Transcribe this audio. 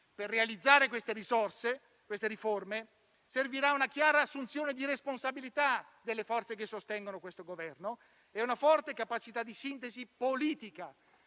Per realizzare queste riforme servirà una chiara assunzione di responsabilità delle forze che sostengono questo Governo e una forte capacità di sintesi politica